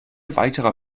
weiterer